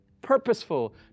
purposeful